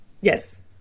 Yes